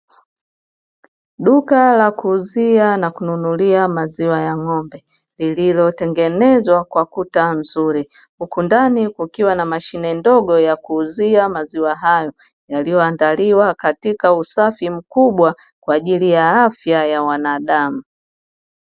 Duka la kuuzia na kununulia maziwa ya ng'ombe lililotengenezwa kwa kuta nzuri, huku ndani kukiwa na mashine ndogo ya kuuzia maziwa hayo, yaliyoandaliwa katika usafi mkubwa kwa ajili ya afya ya wanadamu.